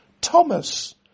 Thomas